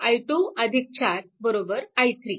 i 2 4 i3